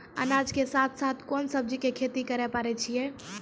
अनाज के साथ साथ कोंन सब्जी के खेती करे पारे छियै?